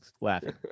laughing